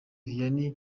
vianney